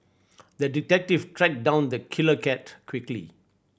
the detective tracked down the killer cat quickly